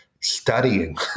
studying